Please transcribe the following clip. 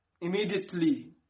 immediately